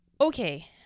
okay